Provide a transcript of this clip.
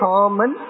Common